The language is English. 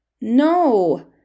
No